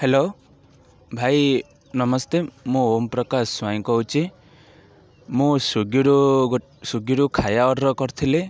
hello ଭାଇ ନମସ୍ତେ ମୁଁ ଓମ୍ ପ୍ରକାଶ ସ୍ୱାଇଁ କହୁଛି ମୁଁ ସ୍ଵିଗିରୁ ଗୋଟେ ସ୍ଵିଗିରୁ ଖାଇାବା ଅର୍ଡ଼ର୍ କରିଥିଲି